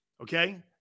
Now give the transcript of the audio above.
Okay